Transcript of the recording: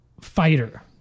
fighter